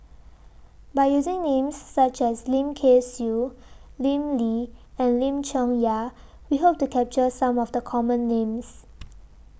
By using Names such as Lim Kay Siu Lim Lee and Lim Chong Yah We Hope to capture Some of The Common Names